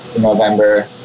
November